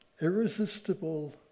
irresistible